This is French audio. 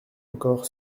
encore